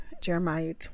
Jeremiah